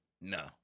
No